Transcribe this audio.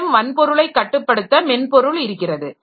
மேலும் வன்பொருளை கட்டுப்படுத்த மென்பொருள் இருக்கிறது